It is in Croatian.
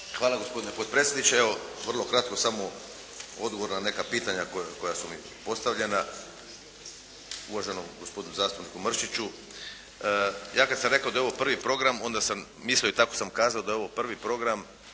Hvala gospodine potpredsjedniče. Evo vrlo kratko samo odgovor na neka pitanja koja su mi postavljena, uvaženom gospodinu zastupniku Mršiću. Ja kad sam rekao da je ovo prvi program onda sam mislio i tako sam kazao da je ovo prvi program.